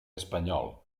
espanyol